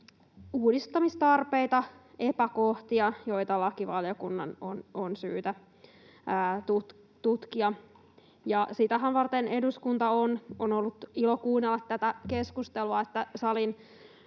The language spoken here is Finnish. uudistamistarpeita, epäkohtia, joita lakivaliokunnan on syytä tutkia — ja sitähän varten eduskunta on. On ollut ilo kuunnella tätä keskustelua